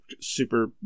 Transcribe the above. super